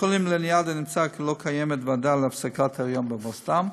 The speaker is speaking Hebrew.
מבית-החולים לניאדו נמסר כי לא קיימת ועדה להפסקת היריון במוסדם.